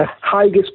highest